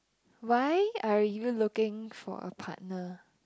why are you looking for a partner